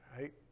Right